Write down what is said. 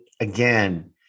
Again